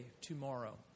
tomorrow